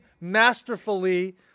masterfully